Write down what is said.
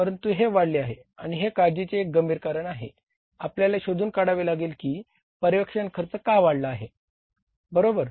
परंतु हे वाढले आहे आणि हे काळजीचे एक गंभीर कारण आहे आपल्याला शोधून काढावे लागेल की पर्यवेक्षण खर्च का वाढला आहे बरोबर